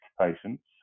patients